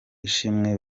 ishimwe